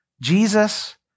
Jesus